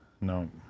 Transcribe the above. No